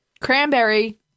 Cranberry